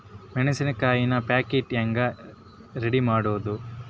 ಮೆಣಸಿನಕಾಯಿನ ಪ್ಯಾಟಿಗೆ ಹ್ಯಾಂಗ್ ರೇ ರೆಡಿಮಾಡೋದು?